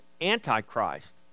antichrist